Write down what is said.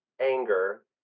anger